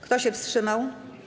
Kto się wstrzymał?